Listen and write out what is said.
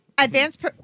advanced